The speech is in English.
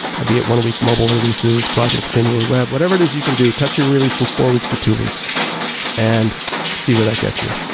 be it one week mobile releases, quasi and continuum web, whatever it is you can do, catch and release from four weeks to two weeks and see where that gets you.